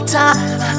time